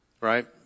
Right